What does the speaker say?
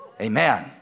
Amen